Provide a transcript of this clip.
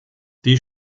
die